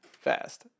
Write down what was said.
fast